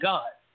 God